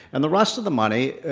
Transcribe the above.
and the rest of the money,